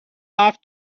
off